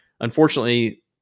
Unfortunately